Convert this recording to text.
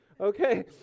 Okay